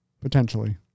potentially